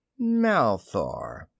Malthor